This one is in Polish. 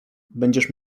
będziesz